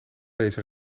deze